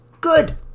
good